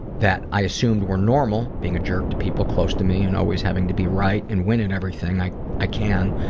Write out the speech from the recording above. that i assumed were normal, being a jerk to people close to me and always having to be right and win at and everything i i can,